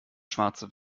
schwarze